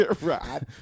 Right